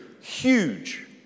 huge